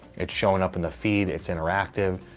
it's showing up in the feed, it's interactive.